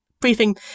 briefing